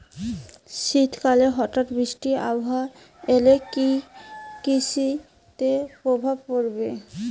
শীত কালে হঠাৎ বৃষ্টি আবহাওয়া এলে কি কৃষি তে প্রভাব পড়বে?